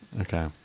Okay